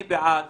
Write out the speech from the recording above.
אני בעד